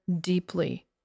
deeply